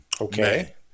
Okay